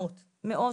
מאות פניות,